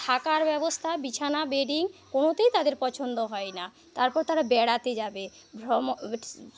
থাকার ব্যবস্থা বিছানা বেডিং কোনোতেই তাদের পছন্দ হয় না তারপর তারা বেড়াতে যাবে ভ্রম